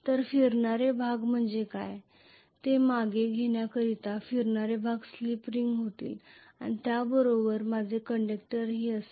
तर फिरणारे भाग म्हणजे काय ते मागे घेण्याकरिता फिरणारे भाग स्लिप रिंग होतील आणि त्या बरोबर माझे कंडक्टरही असतील